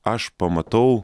aš pamatau